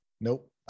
Nope